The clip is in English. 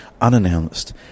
unannounced